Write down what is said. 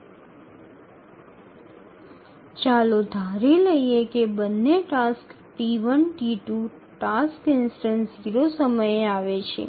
ধরে নেওয়া যাক T1 T2 টাস্ক উদাহরণ দুটি 0 তে পৌঁছানো শুরু করেছে